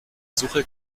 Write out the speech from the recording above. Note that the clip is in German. suche